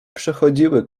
przechodziły